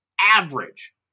average